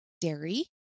Dairy